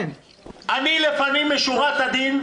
לפנים משורת הדין,